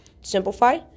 Simplify